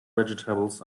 vegetables